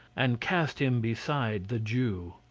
and cast him beside the jew.